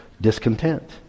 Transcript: Discontent